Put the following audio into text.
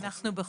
אנחנו בחוסר.